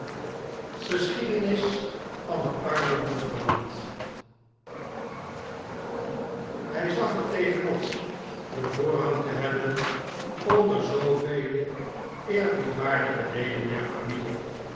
geschiedenis van den armen bloedverwant hi zag er tegen op den voorrang te hebben onder zoovele eerbiedwaardige leden der fatnilie